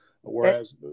whereas